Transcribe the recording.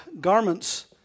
garments